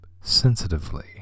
sensitively